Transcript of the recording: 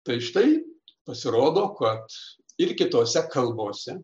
tai štai pasirodo kad ir kitose kalbose